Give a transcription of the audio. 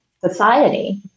society